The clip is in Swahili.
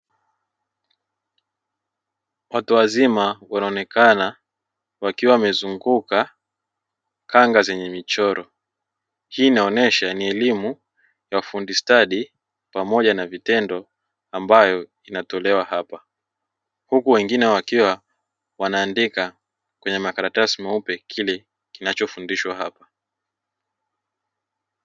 Watu wazima wanaonekana wakiwa wamezunguka khanga zenye michoro, hii inaonyesha ni elimu ya ufundi stadi pamoja na vitendo ambayo inatolewa hapa. Huku wengine wakiwa wanaandika kwenye makaratasi meupe kile kinachofundishwa hapa.